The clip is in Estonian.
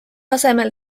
asemel